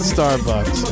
Starbucks